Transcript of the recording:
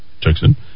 Jackson